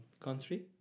country